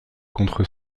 contre